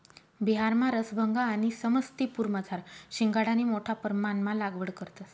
बिहारमा रसभंगा आणि समस्तीपुरमझार शिंघाडानी मोठा परमाणमा लागवड करतंस